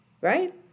right